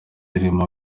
irimo